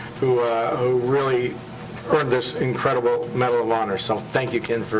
who really earned this incredible medal of honor. so thank you, ken,